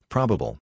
Probable